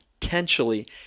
potentially